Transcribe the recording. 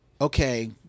okay